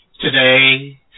Today